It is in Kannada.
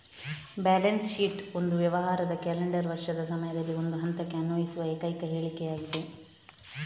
ಬ್ಯಾಲೆನ್ಸ್ ಶೀಟ್ ಒಂದು ವ್ಯವಹಾರದ ಕ್ಯಾಲೆಂಡರ್ ವರ್ಷದ ಸಮಯದಲ್ಲಿ ಒಂದು ಹಂತಕ್ಕೆ ಅನ್ವಯಿಸುವ ಏಕೈಕ ಹೇಳಿಕೆಯಾಗಿದೆ